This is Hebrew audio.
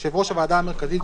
יושב ראש הוועדה המרכזית,